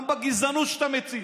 גם בגזענות שאתה מציג,